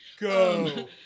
Go